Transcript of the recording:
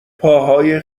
پاهای